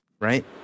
Right